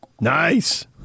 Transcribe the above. Nice